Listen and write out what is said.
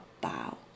bow